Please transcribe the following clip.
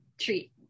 treat